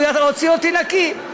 והוא הוציא אותי נקי.